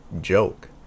joke